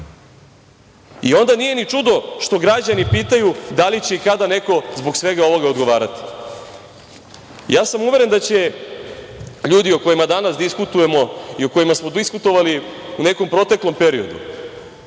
Onda nije ni čudo što građani pitaju da li će i kada neko zbog svega ovoga odgovarati. Uveren sam da će ljudi o kojima danas diskutujemo i o kojima smo diskutovali u nekom proteklom periodu